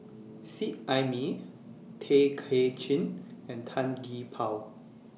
Seet Ai Mee Tay Kay Chin and Tan Gee Paw